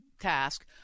task